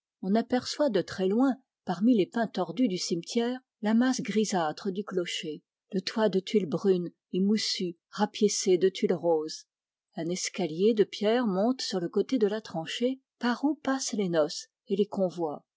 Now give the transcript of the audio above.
on aperçoit de très loin parmi les pins du cimetière la masse grise du clocher le toit de tuile brune et moussue rapiécé de tuile rose un escalier de pierre monte sur le côté de la tranchée par où passent les noces et les convois